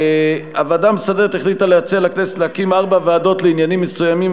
הוועדה המסדרת החליטה להציע לכנסת ארבע ועדות לעניינים מסוימים,